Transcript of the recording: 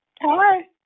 Hi